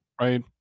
Right